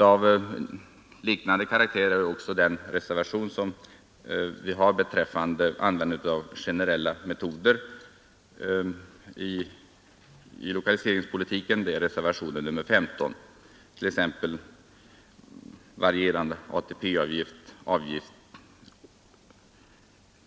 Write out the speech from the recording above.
Av liknande karaktär är också reservationen 15 beträffande användande av generella medel inom lokaliseringspolitiken, t.ex. varierande AP-avgift och